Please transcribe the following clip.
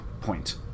point